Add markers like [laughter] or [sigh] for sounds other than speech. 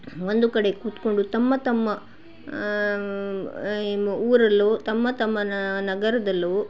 ಒಂದು ಕಡೆ ಕುತ್ಕೊಂಡು ತಮ್ಮ ತಮ್ಮ [unintelligible] ಊರಲ್ಲೋ ತಮ್ಮ ತಮ್ಮ ನಗರದಲ್ಲೋ